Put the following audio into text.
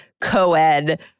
co-ed